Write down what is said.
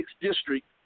district